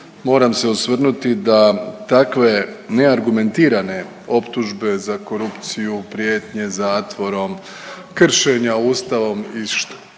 Moram se osvrnuti da takve neargumentirane optužbe za korupciju, prijetnje zatvorom, kršenja Ustavom i tko